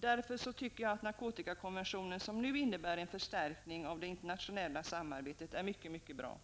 Därför tycker jag att narkotikakonventionen, som nu innebär en förstärkning av det internationella samarbetet, är mycket bra.